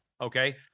Okay